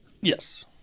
Yes